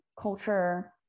culture